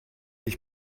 ich